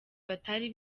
batari